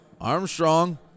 Armstrong